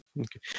Okay